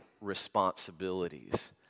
responsibilities